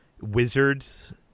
wizards